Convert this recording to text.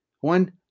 One